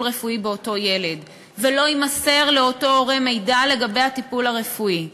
רפואי באותו ילד ולא יימסר לאותו הורה מידע לגבי הטיפול הרפואי.